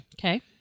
Okay